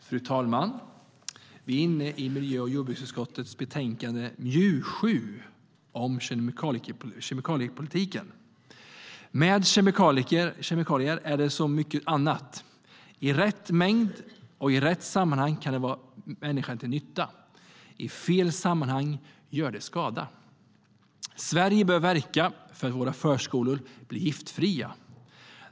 Fru talman! Vi behandlar miljö och jordbruksutskottets betänkande MJU7 om kemikaliepolitiken. Med kemikalier är det som med så mycket annat: I rätt mängd och i rätt sammanhang kan de vara människan till nytta. I fel sammanhang gör de skada. Sverige bör verka för att våra förskolor blir giftfria.